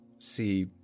See